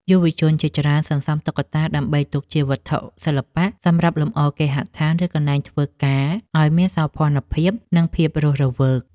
យុវជនជាច្រើនសន្សំតុក្កតាដើម្បីទុកជាវត្ថុសិល្បៈសម្រាប់លម្អគេហដ្ឋាន ឬកន្លែងធ្វើការឱ្យមានសោភ័ណភាព និងភាពរស់រវើក។